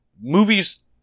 movies